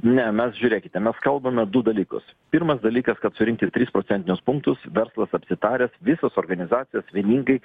ne mes žiūrėkite mes kalbame du dalykus pirmas dalykas kad surinkti tris procentinius punktus verslas apsitaręs visos organizacijos vieningai